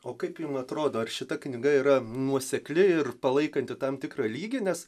o kaip jum atrodo ar šita knyga yra nuosekli ir palaikanti tam tikrą lygį nes